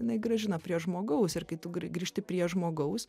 jinai grąžina prie žmogaus ir kai tu grįžti prie žmogaus